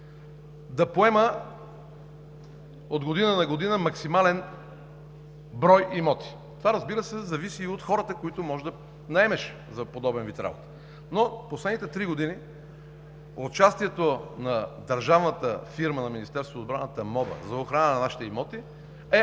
да поема от година на година максимален брой имоти. Това, разбира се, зависи и от хората, които можеш да наемеш за подобен вид работа. В последните три години участието на държавната фирма на Министерството на отбраната МОБА за охрана на нашите имоти е